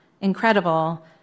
incredible